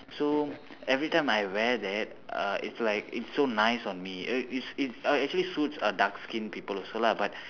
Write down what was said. so every time I wear that uh it's like it's so nice on me uh it's uh actually suit a dark skin people also lah but